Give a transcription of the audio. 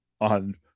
on